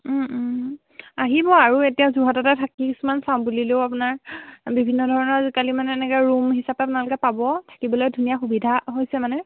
আহিব আৰু এতিয়া যোৰহাটতে থাকি কিছুমান চাম বুলিলেও আপোনাৰ বিভিন্ন ধৰণৰ আজিকালি মানে এনেকে ৰুম হিচাপে আপোনালোকে পাব থাকিবলৈ ধুনীয়া সুবিধা হৈছে মানে